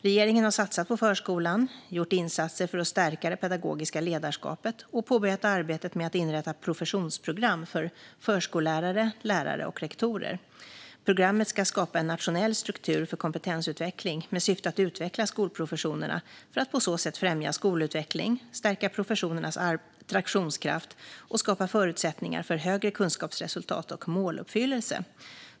Regeringen har satsat på förskolan, gjort insatser för att stärka det pedagogiska ledarskapet och påbörjat arbetet med att inrätta ett professionsprogram för förskollärare, lärare och rektorer. Programmet ska skapa en nationell struktur för kompetensutveckling med syfte att utveckla skolprofessionerna för att på så sätt främja skolutveckling, stärka professionernas attraktionskraft och skapa förutsättningar för högre kunskapsresultat och måluppfyllelse.